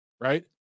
right